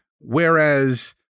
Whereas